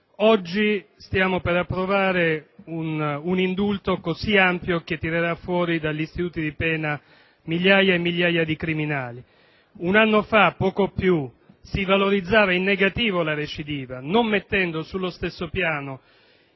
Oggi stiamo per approvare un indulto così ampio che tirerà fuori dagli istituti di pena migliaia e migliaia di criminali. Un anno fa si valorizzava in negativo la recidiva, non mettendo sullo stesso piano